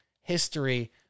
history